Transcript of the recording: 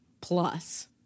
plus